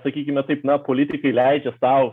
sakykime taip na politikai leidžia sau